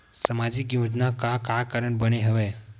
सामाजिक योजना का कारण बर बने हवे?